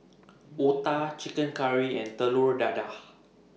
Otah Chicken Curry and Telur Dadah